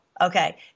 Okay